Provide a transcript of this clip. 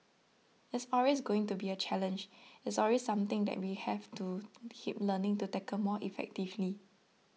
it's always going to be a challenge it's always something that we have to keep learning to tackle more effectively